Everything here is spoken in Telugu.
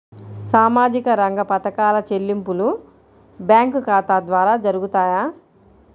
సామాజిక రంగ పథకాల చెల్లింపులు బ్యాంకు ఖాతా ద్వార జరుగుతాయా?